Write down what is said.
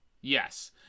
Yes